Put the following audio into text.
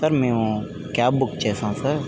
sir మేము cab book చేసాం sir